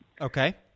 Okay